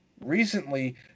recently